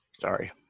Sorry